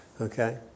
okay